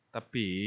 Tapi